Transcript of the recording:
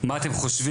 מה אתם חושבים,